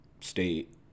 state